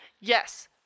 yes